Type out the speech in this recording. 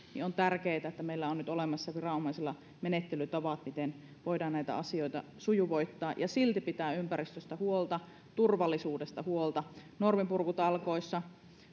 on tärkeätä että viranomaisilla on nyt olemassa menettelytavat miten voidaan näitä asioita sujuvoittaa ja silti pitää ympäristöstä huolta ja turvallisuudesta huolta norminpurkutalkoissa